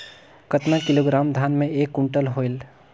कतना किलोग्राम धान मे एक कुंटल होयल?